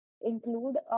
include